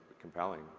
compelling